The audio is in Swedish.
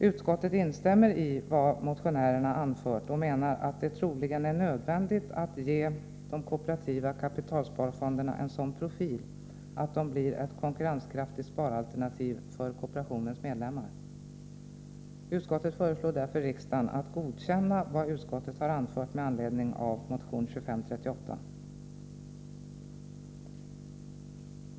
Utskottet instämmer i vad motionärerna anfört och menar att det troligen är nödvändigt att ge de kooperativa kapitalsparfonderna en sådan profil att de blir ett konkurrenskraftigt sparalternativ för kooperationens medlemmar. Utskottet föreslår därför riksdagen att godkänna vad utskottet anfört med anledning av motion 2538.